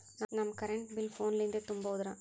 ನಮ್ current bill ಫೋನ ಲಿಂದೇ ತುಂಬೌದ್ರಾ?